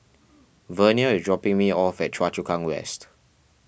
Vernia is dropping me off at Choa Chu Kang West